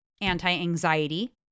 Anti-anxiety